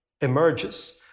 emerges